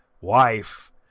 Wife